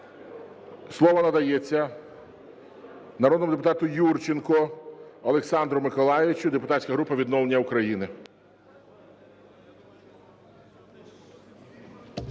Слово надається народному депутату Юрченку Олександру Миколайовичу, депутатська група "Відновлення України".